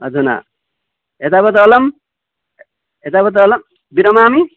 अधुना एतावत् अलम् एतावत् अलं विरमामि